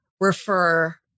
refer